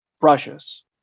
Brushes